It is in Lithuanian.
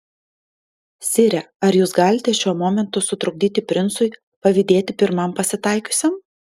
sire ar jūs galite šiuo momentu sutrukdyti princui pavydėti pirmam pasitaikiusiam